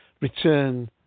Return